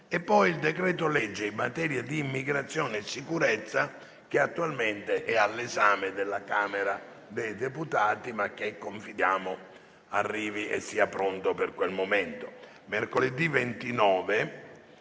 il decreto-legge in materia di immigrazione e sicurezza, attualmente all'esame della Camera dei deputati, ma che confidiamo sia pronto e arrivi per quel momento. Mercoledì 29